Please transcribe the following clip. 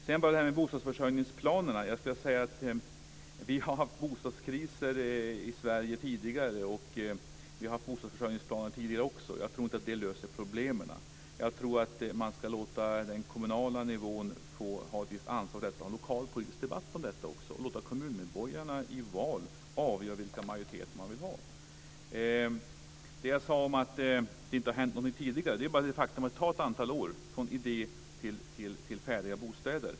Beträffande bostadsförsörjningsplanerna vill jag säga att vi har haft bostadskriser i Sverige tidigare. Vi har också haft bostadsförsörjningsplaner tidigare. Jag tror inte att de löser problemen. Jag tror att man ska låta den kommunala nivån få ha ett visst ansvar för detta och också ha en lokal politisk debatt om detta och låta kommunmedborgarna i val avgöra vilken majoritet som de vill ha. Jag sade att det inte har hänt någonting tidigare. Man kan som exempel ta ett antal år, från idé till färdiga bostäder.